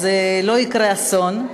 אז לא יקרה אסון.